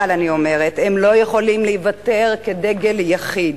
אבל אני אומרת, הם לא יכולים להיוותר כדגל יחיד.